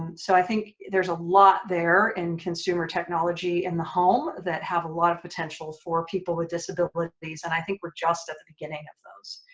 and so i think there's a lot there in consumer technology in the home that have a lot of potential for people with disabilities and i think we're just at the beginning of those.